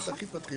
נכון.